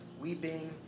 weeping